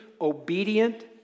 obedient